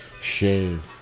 Shave